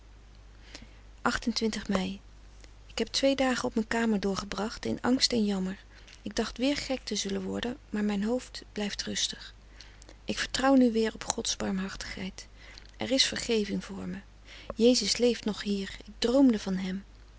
mei ik heb twee dagen op mijn kamer doorgebracht in angst en jammer ik dacht weer gek te zullen worden maar mijn hoofd blijft rustig ik vertrouw nu weer op gods barmhartigheid er is vergeving voor me jezus leeft nog hier ik droomde van hem